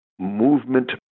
Movement